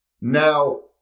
now